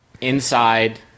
inside